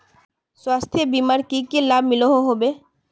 स्वास्थ्य बीमार की की लाभ मिलोहो होबे?